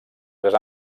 tres